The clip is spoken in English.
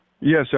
Yes